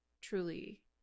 truly